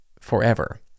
forever